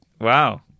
Wow